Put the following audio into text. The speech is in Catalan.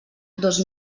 dos